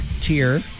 Tier